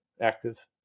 active